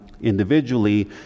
individually